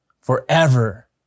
forever